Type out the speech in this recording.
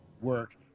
work